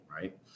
right